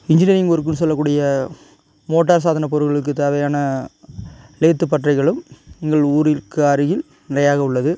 engineering ஒர்க்குன்னு சொல்லக் கூடிய மோட்டார் சாதன பொருள்களுக்கு தேவையான லேத்து பட்டறைகளும் எங்கள் ஊரிற்கு அருகில் நிறையாக உள்ளது